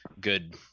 good